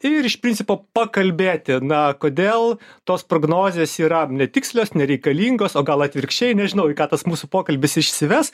ir iš principo pakalbėti na kodėl tos prognozės yra netikslios nereikalingos o gal atvirkščiai nežinau į ką tas mūsų pokalbis išsives